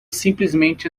simplesmente